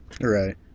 Right